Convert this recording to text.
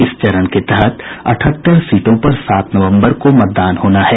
इस चरण के तहत अठहत्तर सीटों पर सात नवम्बर को मतदान होना है